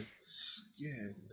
skin